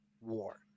war